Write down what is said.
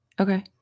Okay